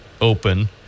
open